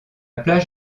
plage